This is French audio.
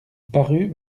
parut